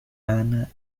anna